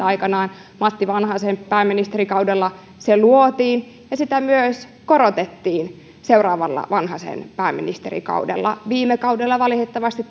aikanaan matti vanhasen pääministerikaudella se luotiin ja sitä myös korotettiin seuraavalla vanhasen pääministerikaudella viime kaudella valitettavasti